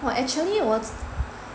!wah! actually 我